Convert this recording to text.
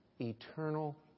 Eternal